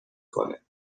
کنه